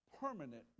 permanent